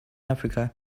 africa